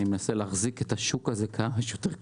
אני מנסה להחזיק את השוק הזה כמה שיותר קרוב,